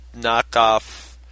knockoff